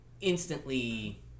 instantly